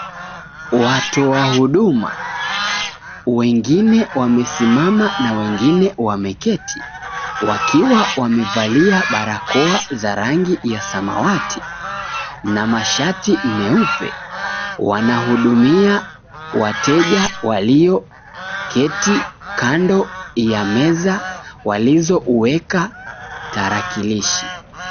Watoa huduma, wengine wamesimama na wengine wameketi wakiwa wamevalia barakakoa za rangi ya samawati na mashati meupe wanahudumia wateja walioketi kando ya meza walizoweka tarakilishi.